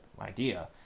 idea